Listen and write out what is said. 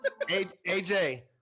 AJ